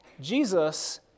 Jesus